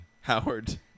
Howard